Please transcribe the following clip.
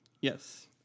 Yes